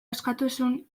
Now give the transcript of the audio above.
askatasun